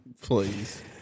Please